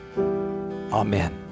Amen